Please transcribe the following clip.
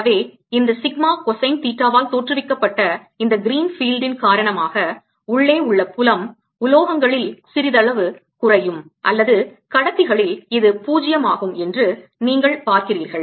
எனவே இந்த sigma cosine தீட்டாவால் தோற்றுவிக்கப்பட்ட இந்த green field ன் பச்சை புலத்தின் காரணமாக உள்ளே உள்ள புலம் உலோகங்களில் சிறிதளவு குறையும் அல்லது கடத்திகளில் இது பூஜ்ஜியம் ஆகும் என்று நீங்கள் பார்க்கிறீர்கள்